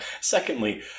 Secondly